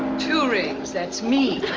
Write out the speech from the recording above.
two rings. that's me.